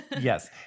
Yes